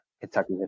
Kentucky